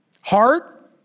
Heart